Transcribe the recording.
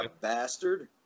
bastard